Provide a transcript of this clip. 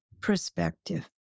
perspective